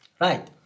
Right